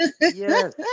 Yes